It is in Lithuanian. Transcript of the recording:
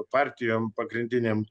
partijom pagrindinėm